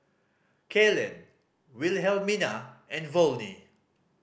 Kaylan Wilhelmina and Volney